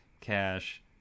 cash